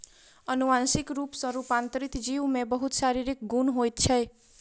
अनुवांशिक रूप सॅ रूपांतरित जीव में बहुत शारीरिक गुण होइत छै